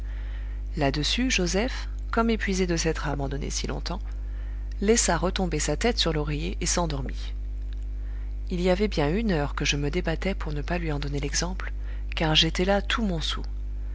là-dessus joseph comme épuisé de s'être abandonné si longtemps laissa retomber sa tête sur l'oreiller et s'endormit il y avait bien une heure que je me débattais pour ne pas lui en donner exemple car j'étais las tout mon soûl